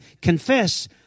confess